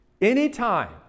Anytime